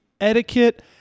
etiquette